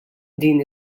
din